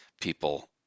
people